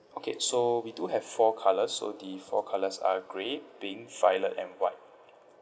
okay so we do have four colours so the four colours are grey pink violet and white